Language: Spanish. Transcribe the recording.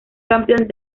campeón